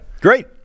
great